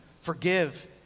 Forgive